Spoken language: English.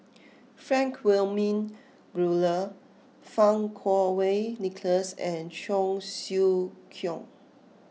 Frank Wilmin Brewer Fang Kuo Wei Nicholas and Cheong Siew Keong